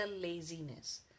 laziness